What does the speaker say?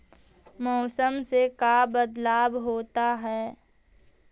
मौसम से का बदलाव होता है?